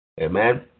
Amen